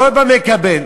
לא במקבל.